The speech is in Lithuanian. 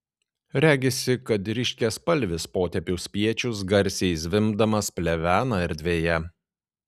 regisi kad ryškiaspalvis potėpių spiečius garsiai zvimbdamas plevena erdvėje